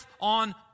on